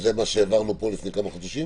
זה מה שהעברנו פה לפני כמה חודשים?